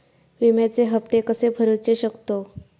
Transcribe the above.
विम्याचे हप्ते कसे भरूचो शकतो?